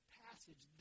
passage